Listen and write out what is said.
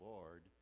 Lord